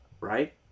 Right